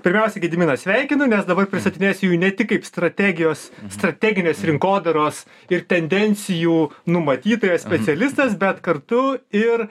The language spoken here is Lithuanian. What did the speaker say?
pirmiausia gediminą sveikinu nes dabar pristatinėsiu jį ne tik kaip strategijos strateginės rinkodaros ir tendencijų numatytojas specialistas bet kartu ir